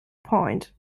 point